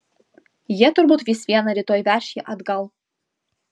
jie turbūt vis viena rytoj veš jį atgal